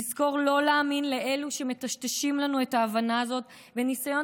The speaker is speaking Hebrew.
נזכור שלא להאמין לאלה שמטשטשים לנו את ההבנה הזאת בניסיון